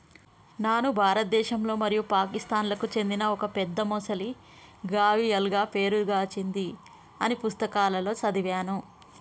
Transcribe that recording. నాను భారతదేశంలో మరియు పాకిస్తాన్లకు చెందిన ఒక పెద్ద మొసలి గావియల్గా పేరు గాంచింది అని పుస్తకాలలో సదివాను